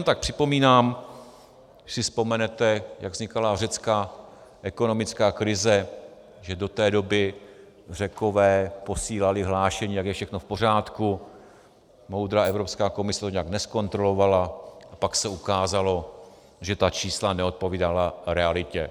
Jenom tak připomínám, když si vzpomenete, jak vznikala řecká ekonomická krize, že do té doby Řekové posílali hlášení, jak je všechno v pořádku, moudrá Evropská komise to nijak nezkontrolovala a pak se ukázalo, že ta čísla neodpovídala realitě.